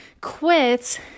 quit